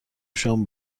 شام